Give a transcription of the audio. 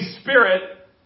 Spirit